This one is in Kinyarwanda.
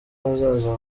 ahazaza